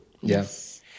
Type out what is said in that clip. Yes